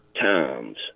times